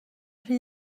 rhy